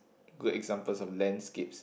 good examples of landscapes